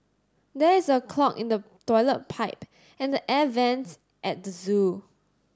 there is a clog in the toilet pipe and the air vents at the zoo